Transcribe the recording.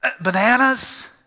bananas